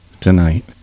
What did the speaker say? tonight